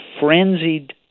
frenzied